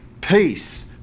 peace